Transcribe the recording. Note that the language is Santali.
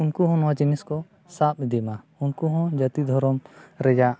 ᱩᱱᱠᱩ ᱦᱚᱸ ᱱᱚᱣᱟ ᱡᱤᱱᱤᱥᱠᱚ ᱥᱟᱵ ᱤᱫᱤᱭ ᱢᱟ ᱩᱱᱠᱩ ᱦᱚᱸ ᱡᱟᱛᱤ ᱫᱷᱚᱨᱚᱢ ᱨᱮᱭᱟᱜ